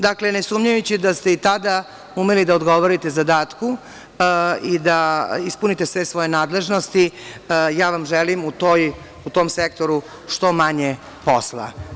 Dakle, ne sumnjajući da ste i tada umeli da odgovorite zadatku i da ispunite sve svoje nadležnosti ja vam želim u tom sektoru što manje posla.